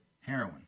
heroin